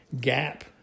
gap